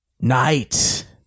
Night